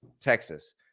Texas